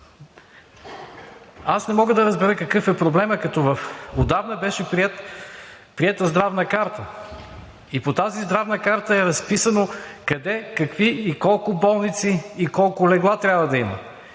Не мога да разбера какъв е проблемът, като отдавна беше приета Здравна карта и по тази Здравна карта е разписано къде, какви, колко болници и колко легла трябва да има.